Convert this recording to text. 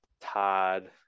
Todd